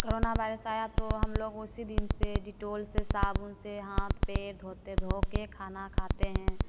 corona virus आया तो हम लोग उसी दिन से डिटोल से साबुन से हाथ पैर धोते धो कर खाना खाते हैं